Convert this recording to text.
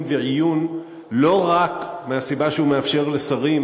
ועיון לא רק מהסיבה שהוא מאפשר לשרים